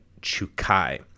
Chukai